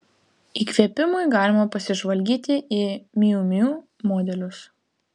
įkvėpimui galima pasižvalgyti į miu miu modelius